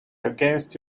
against